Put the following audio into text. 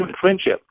friendship